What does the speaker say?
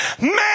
Man